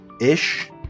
ish